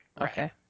okay